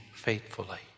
Faithfully